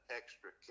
extra